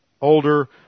older